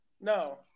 No